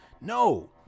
No